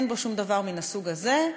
אין בו שום דבר מהסוג הזה,